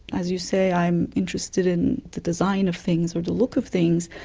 as you say, i'm interested in the design of things or the look of things.